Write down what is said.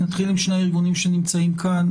נתחיל עם שני הארגונים שנמצאים כאן,